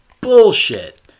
bullshit